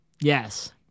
Yes